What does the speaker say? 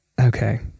Okay